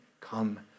come